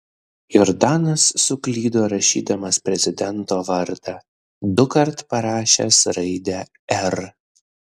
jordanas suklydo rašydamas prezidento vardą dukart parašęs raidę r